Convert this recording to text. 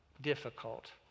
difficult